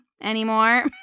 anymore